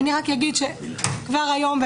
כבר היום,